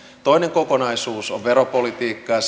toinen kokonaisuus on veropolitiikka ja ja